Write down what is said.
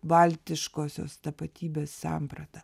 baltiškosios tapatybės sampratą